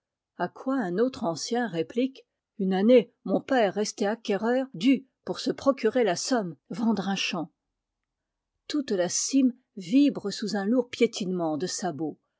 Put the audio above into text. a quoi un autre ancien réplique une année mon père resté acquéreur dut pour se procurer la somme vendre un champ toute la cime vibre sous un lourd piétinement de sabots